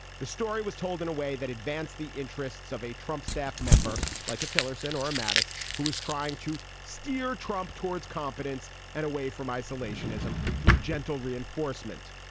the story was told in a way that advance the interests of a trump staff member like a tillerson or a matus, who is trying to steer trump towards competence and away from isolationism. through gentle reinforcement,